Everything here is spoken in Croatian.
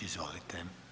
Izvolite.